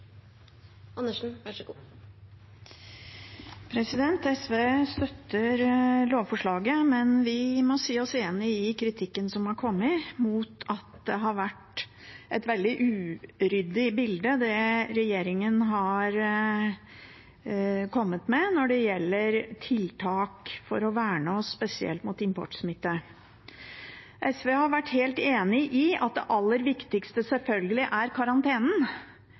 kommet om at det har vært et veldig uryddig bilde regjeringen har kommet med når det gjelder tiltak for å verne oss, spesielt mot importsmitte. SV har vært helt enig i at det aller viktigste selvfølgelig er karantenen